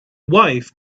wife